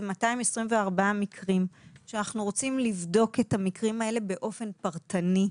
זה 224 מקרים שאנחנו רוצים לבדוק את המקרים האלה באופן פרטני,